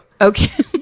Okay